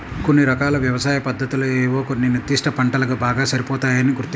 కొన్ని రకాల వ్యవసాయ పద్ధతులు ఏవో కొన్ని నిర్దిష్ట పంటలకు బాగా సరిపోతాయని గుర్తించాలి